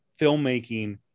filmmaking